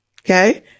Okay